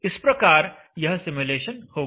इस प्रकार यह सिमुलेशन होगा